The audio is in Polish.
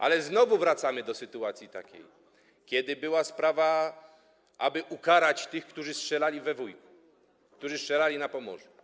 Ale znowu wracamy do tej sytuacji, kiedy była sprawa, aby ukarać tych, którzy strzelali w Wujku, którzy strzelali na Pomorzu.